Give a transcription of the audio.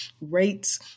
rates